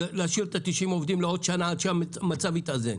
להשאיר את 90 העובדים עד שהמצב יתאזן?